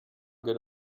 good